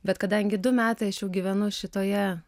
bet kadangi du metai aš jau gyvenu šitoje